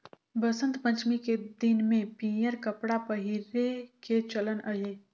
बसंत पंचमी के दिन में पीयंर कपड़ा पहिरे के चलन अहे